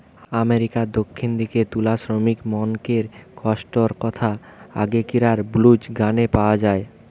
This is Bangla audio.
আমেরিকার দক্ষিণ দিকের তুলা শ্রমিকমনকের কষ্টর কথা আগেকিরার ব্লুজ গানে পাওয়া যায়